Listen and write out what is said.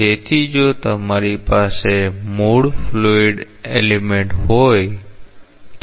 તેથી જો તમારી પાસે મૂળ ફ્લુઇડતત્વ હોય તો